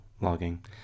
logging